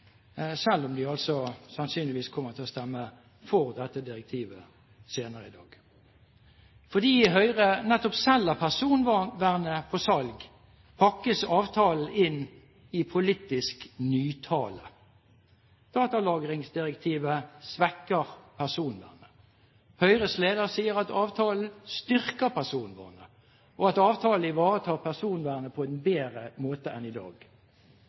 selv om de altså sannsynligvis kommer til å stemme for dette direktivet senere i dag. Fordi Høyre nettopp selger personvernet på salg, pakkes avtalen inn i politisk nytale. Datalagringsdirektivet svekker personvernet. Høyres leder sier at avtalen styrker personvernet, og at avtalen ivaretar personvernet på en bedre måte enn i dag.